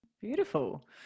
Beautiful